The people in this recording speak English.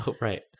right